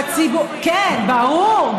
הציבור, כן, ברור.